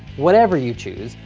whatever you choose,